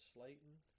Slayton